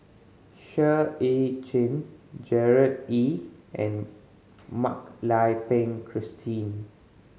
Seah Eu Chin Gerard Ee and Mak Lai Peng Christine